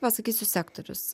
pasakysiu sektorius